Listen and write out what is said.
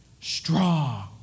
strong